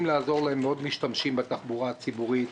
לעזור להם מאוד משתמשים בתחבורה הציבורית.